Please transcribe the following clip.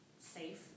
safe